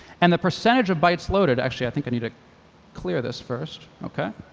and the percentage of bytes loaded actually, i think i need to clear this first. ok.